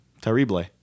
terrible